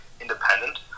independent